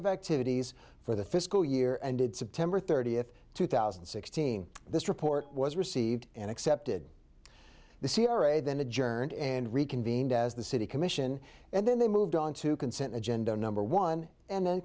of activities for the fiscal year ended september thirtieth two thousand and sixteen this report was received and accepted the c r a then adjourned and reconvened as the city commission and then they moved on to consent agenda number one and then